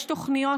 יש תוכניות.